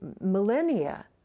millennia